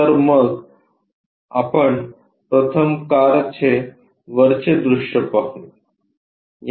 तर मग आपण प्रथम कारचे वरचे दृश्य पाहू